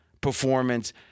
performance